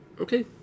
Okay